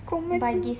comedy